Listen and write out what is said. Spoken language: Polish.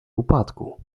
upadku